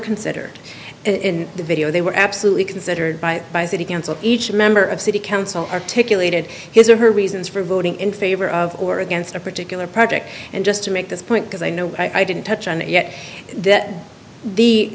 considered in the video they were absolutely considered by by city council each member of city council articulated his or her reasons for voting in favor of or against a particular project and just to make this point because i know i didn't touch on it yet that the